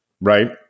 right